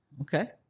Okay